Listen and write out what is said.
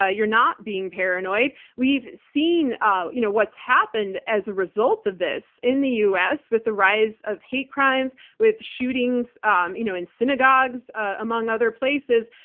ah you're not being paranoid. we've seen ah you know what's happened as a result of this in the u. s. with the rise of hate crimes, with shootings um you know in synagogues among other places.